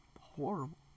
horrible